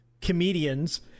comedians